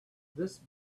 this